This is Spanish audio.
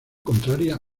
contraria